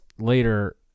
later